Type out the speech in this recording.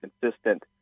consistent